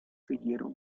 siguieron